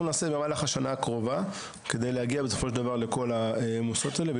נעשה במהלך השנה הקרובה כדי להגיע בסופו של דבר לכל המוסדות האלה.